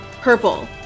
purple